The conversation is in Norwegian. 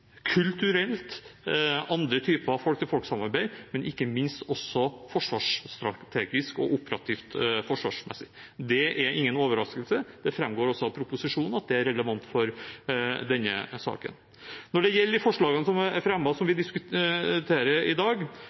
kulturelt, via andre typer folk-til-folk-samarbeid, og ikke minst forsvarsstrategisk og operativt forsvarsmessig. Det er ingen overraskelse. Det framgår også av proposisjonen at det er relevant for denne saken. Når det gjelder forslagene, punktene, som er fremmet, og som vi diskuterer i dag,